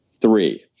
three